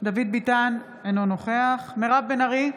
דוד ביטן, אינו נוכח מירב בן ארי,